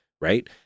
right